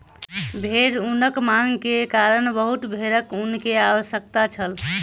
भेड़ ऊनक मांग के कारण बहुत भेड़क ऊन के आवश्यकता छल